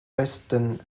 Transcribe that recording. westen